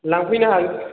लांफैनो हागोन